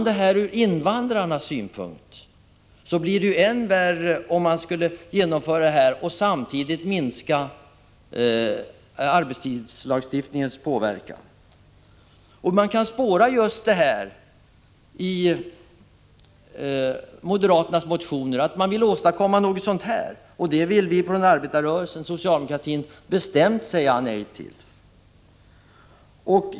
För invandrarna skulle det bli än värre om det infördes flexibla arbetstider och arbetstidslagstiftningen samtidigt försämrades. I moderaternas motioner kan spåras att det är någonting sådant man vill åstadkomma, men det säger vi inom arbetarrörelsen och socialdemokratin bestämt nej till.